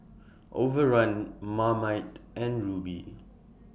Overrun Marmite and Rubi